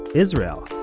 israel.